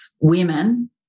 women